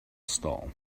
stall